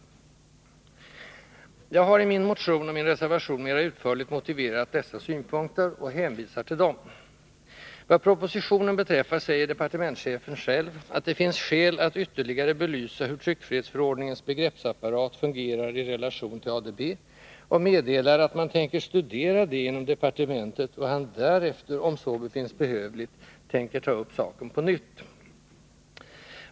Jag har i min motion och min reservation mera utförligt motiverat dessa synpunkter och hänvisar till dem. Vad propositionen beträffar säger departementschefen själv att ”det finns skäl att ytterligare belysa hur tryckfrihetsförordningens begreppsapparat fungerar i relation till ADB”, och meddelar att man tänker studera detta inom departementet och att han därefter om så befinnes behövligt tänker ”ta upp saken på nytt”.